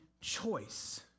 choice